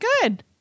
good